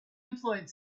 employed